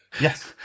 Yes